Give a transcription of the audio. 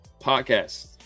podcast